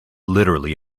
literally